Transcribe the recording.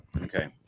okay